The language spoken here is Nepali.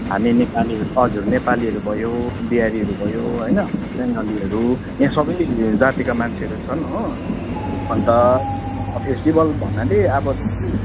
हामी नेपाली हजुर नेपालीहरू भयो बिहारीहरू भयो होइन बङ्गालीहरू यहाँ सबै जातिका मान्छेहरू छन् हो अन्त फेस्टिवल भन्नाले अब जस्तै